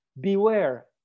beware